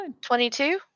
22